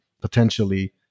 potentially